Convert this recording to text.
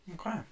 Okay